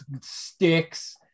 sticks